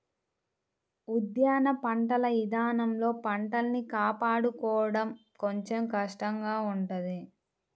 ఉద్యాన పంటల ఇదానంలో పంటల్ని కాపాడుకోడం కొంచెం కష్టంగా ఉంటది